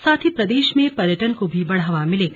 साथ ही प्रदेश में पर्यटन को भी बढ़ावा मिलेगा